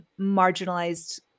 marginalized